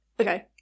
Okay